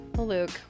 luke